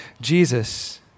Jesus